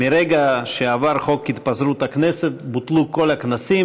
מרגע שעבר חוק התפזרות הכנסת בוטלו כל הכנסים,